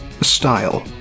style